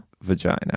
vagina